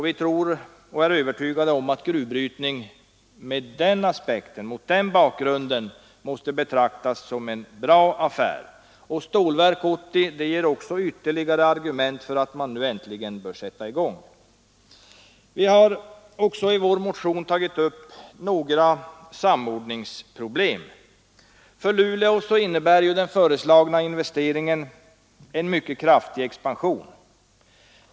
Vi är övertygade om att gruvbrytning mot den bakgrunden måste betraktas som en bra affär. Stålverk 80 ger ytterligare argument för att man nu äntligen bör sätta i gång. Vi har i vår motion också tagit upp några samordningsproblem. För Luleå innebär ju den föreslagna investeringen en mycket kraftig expansion.